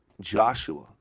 Joshua